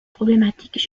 problématiques